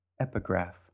Epigraph